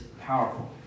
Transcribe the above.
powerful